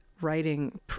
writing